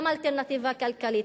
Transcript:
גם אלטרנטיבה כלכלית,